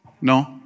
No